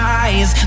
eyes